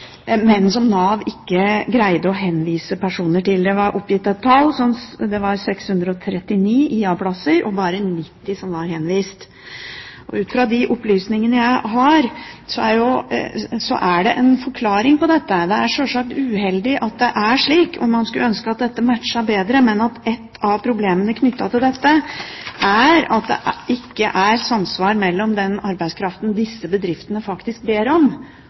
men som Nav ikke greide å henvise personer til. Det var oppgitt at det var 639 IA-plasser og bare 90 som var henvist. Ut fra de opplysningene som jeg har, er det en forklaring på dette. Det er sjølsagt uheldig at det er slik, og man skulle ønske at dette matchet bedre. Et av problemene knyttet til dette er at det ikke er samsvar mellom den arbeidskraften disse bedriftene faktisk ber om,